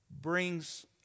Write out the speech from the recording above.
brings